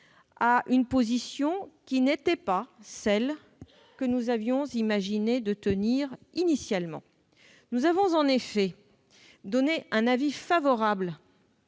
à une position qui n'était pas celle que nous avions initialement imaginé tenir. Nous avons en effet émis un avis favorable